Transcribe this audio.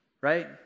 right